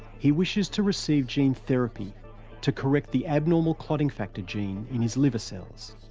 he wishes to receive gene therapy to correct the abnormal clotting factor gene in his liver cells.